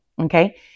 Okay